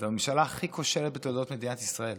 זו הממשלה הכי כושלת בתולדות מדינת ישראל,